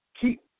keep